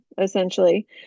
essentially